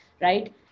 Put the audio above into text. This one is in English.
right